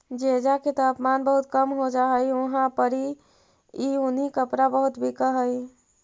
जेजा के तापमान बहुत कम हो जा हई उहाँ पड़ी ई उन्हीं कपड़ा बहुत बिक हई